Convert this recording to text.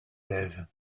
lèvent